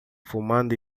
fumando